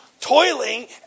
toiling